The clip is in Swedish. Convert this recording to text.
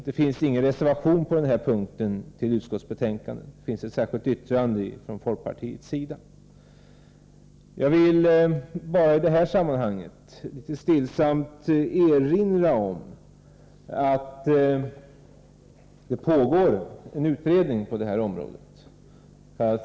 Det finns ingen reservation till utskottsbetänkandet på den här punkten, men det finns ett särskilt yttrande från folkpartiets sida. Jag vill i detta sammanhang litet stillsamt erinra om att det pågår ett utredningsarbete på detta område. Det är dens.k.